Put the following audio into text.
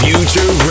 Future